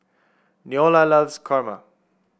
Neola loves kurma